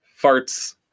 farts